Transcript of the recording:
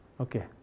okay